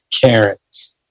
Karens